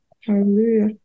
Hallelujah